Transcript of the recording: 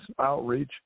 outreach